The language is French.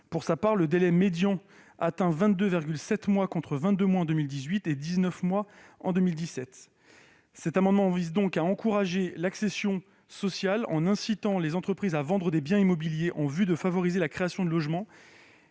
Pour la même année, le délai médian atteint 22,7 mois contre 22 mois en 2018 et 19 mois en 2017. Cet amendement vise donc à encourager l'accession sociale en incitant les entreprises à vendre des biens immobiliers en vue de favoriser la création de logements